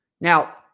Now